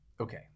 Okay